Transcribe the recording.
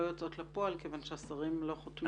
יוצאות לפועל כיוון שהשרים לא חותמים.